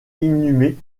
inhumé